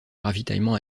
ravitaillement